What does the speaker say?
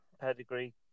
pedigree